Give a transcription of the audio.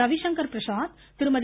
Ravishankar Prasad Thirumathi